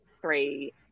three